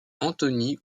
anthony